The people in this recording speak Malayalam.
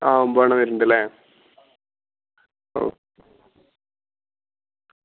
ആ ഒൻപതണ്ണം വരണ്ണ്ടല്ലേ ആ